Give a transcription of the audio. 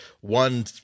one